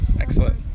Excellent